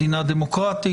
מדינה דמוקרטית,